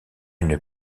une